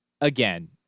again